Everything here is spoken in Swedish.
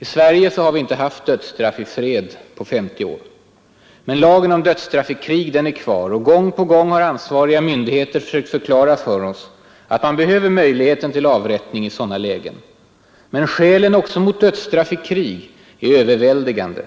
I Sverige har vi inte haft dödsstraff i fred på 50 år. Men lagen om dödsstraff i krig är kvar, och gång på gång har ansvariga myndigheter försökt förklara för oss att man behöver möjligheten till avrättning i sådana lägen. Men skälen också mot dödsstraff i krig är överväldigande.